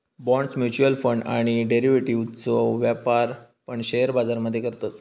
bonds, mutual fund आणि डेरिव्हेटिव्ह्जचो व्यापार पण शेअर बाजार मध्ये करतत